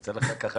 יצא לך לספור?